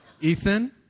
Ethan